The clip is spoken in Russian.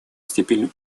степень